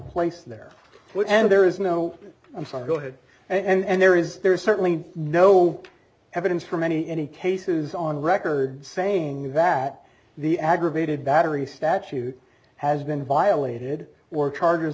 place there and there is no i'm sorry go ahead and there is there is certainly no evidence from any any cases on record saying that the aggravated battery statute has been violated or charges